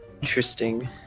Interesting